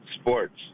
sports